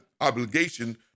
obligation